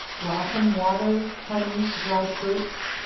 blossom waters, honey, dried fruits.